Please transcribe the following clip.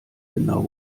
genau